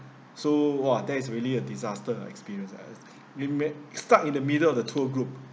so !wah! that is really a disastrous uh experience you may get stuck in the middle of the tour group